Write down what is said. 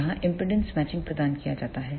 यहां impedance matching प्रदान किया जाता है